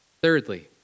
Thirdly